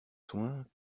soins